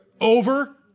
over